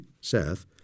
Seth